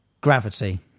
gravity